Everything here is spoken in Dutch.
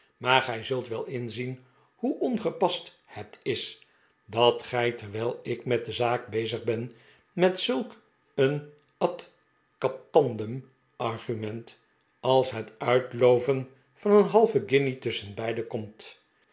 maar gij zult wel inzien hoe ongepast het is dat gij terwijl ik met de zaak bezig ben met zulk een ad captand u m argument als het uitloven van een halve guinje tusschenbeide komt